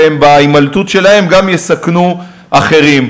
והם בהימלטות שלהם גם יסכנו אחרים.